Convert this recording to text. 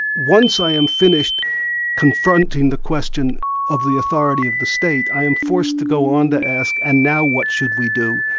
once i am finished confronting the question of the authority of the state, i am forced to go on to ask, and now what should we do?